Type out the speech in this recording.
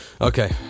Okay